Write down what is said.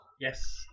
Yes